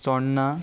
चोडणा